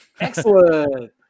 Excellent